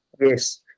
Yes